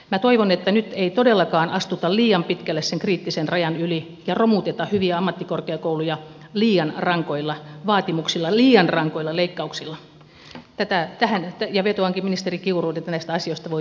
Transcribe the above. minä toivon että nyt ei todellakaan astuta liian pitkälle sen kriittisen rajan yli ja romuteta hyviä ammattikorkeakouluja liian rankoilla vaatimuksilla liian rankoilla leikkauksilla ja vetoankin ministeri kiuruun että näistä asioista voitaisiin vielä keskustella